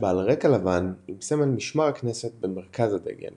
בעל רקע לבן עם סמל משמר הכנסת במרכז הדגל